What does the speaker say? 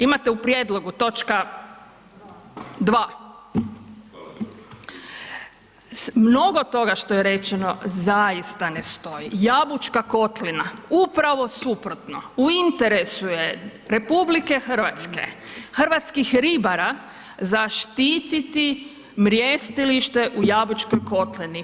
Imate u prijedlogu točka 2. Mnogo toga što je rečeno zaista ne stoji, Jabučka kotlina, upravo suprotno u interesu je RH, hrvatskih ribara zaštititi mrjestilište u Jabučkoj kotlini.